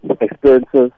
experiences